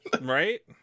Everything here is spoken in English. Right